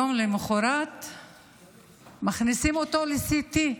יום למוחרת מכניסים אותו ל-CT,